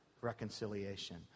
Reconciliation